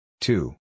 Two